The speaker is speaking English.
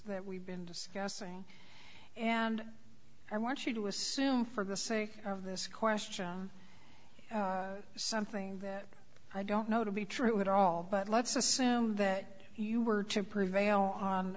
that we've been discussing and i want you to assume for the sake of this question something that i don't know to be true at all but let's assume that you were to prevail on